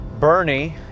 Bernie